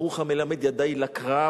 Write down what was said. ברוך המלמד ידי לקרב